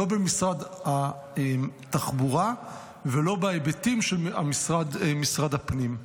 לא במשרד התחבורה ולא בהיבטים של משרד הפנים.